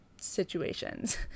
situations